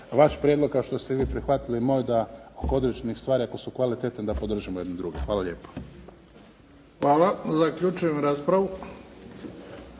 vaš prijedlog kao što ste i vi prihvatili moj da oko određenih stvari ako su kvalitetne da podržimo jedni druge. Hvala lijepo. **Bebić, Luka (HDZ)** Hvala. Zaključujem raspravu.